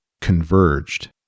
converged